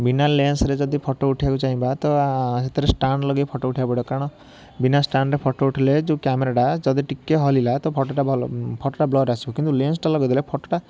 ବିନା ଲେନ୍ସରେ ଯଦି ଫଟୋ ଉଠେଇବାକୁ ଚାହିଁବା ତ ସେଥିରେ ଷ୍ଟାଣ୍ଡ ଲଗେଇ ଫଟୋ ଉଠାଇବାକୁ ପଡ଼ିବ କାରଣ ବିନା ଷ୍ଟାଣ୍ଡରେ ଫଟୋ ଉଠେଇଲେ ଯେଉଁ କ୍ୟାମରଟା ଯଦି ଟିକିଏ ହଲିଲା ତ ଫଟୋଟା ଭଲ ଫଟୋଟା ବ୍ଲର ଆସିବ କିନ୍ତୁ ଲେନ୍ସଟା ଲଗେଇ ଦେଲେ ଫଟୋଟା